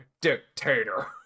Dictator